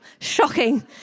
shocking